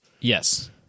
Yes